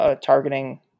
targeting